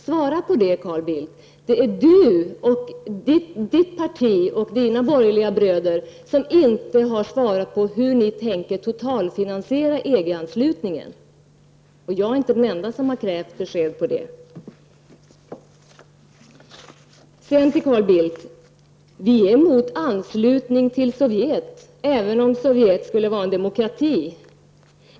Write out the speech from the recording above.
Svara på det, Carl Bildt, för det är du, ditt parti och dina borgerliga bröder som inte har svarat på hur ni tänker totalfinansiera EG anslutningen! Jag är inte den enda som har krävt besked om det. Carl Bildt -- vi är emot anslutning till Sovjet, även om Sovjet skulle ha varit en demokrati.